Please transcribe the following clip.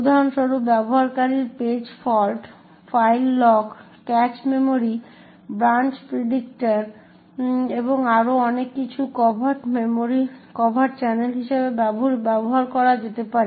উদাহরণস্বরূপ ব্যবহারকারীর page fault file lock cache memory branch প্রেডিক্টের এবং আরও অনেক কিছু কভার্ট চ্যানেল হিসাবে ব্যবহার করা যেতে পারে